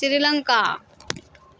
Sri Lanka